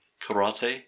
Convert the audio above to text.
karate